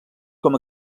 com